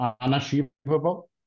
unachievable